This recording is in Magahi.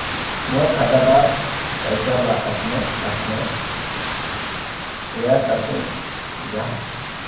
मोर खाता डार पैसा ला अपने अपने क्याँ कते जहा?